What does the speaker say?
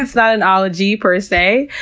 it's not an ology per se,